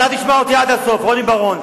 אתה תשמע אותי עד הסוף, רוני בר-און.